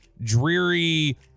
dreary